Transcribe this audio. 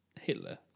Hitler